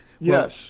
Yes